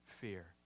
fear